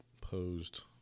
posed